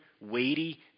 weighty